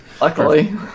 Luckily